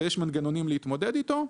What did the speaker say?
ויש מנגנונים להתמודד אתו.